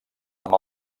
amb